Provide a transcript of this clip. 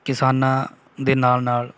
ਕਿਸਾਨਾਂ ਦੇ ਨਾਲ ਨਾਲ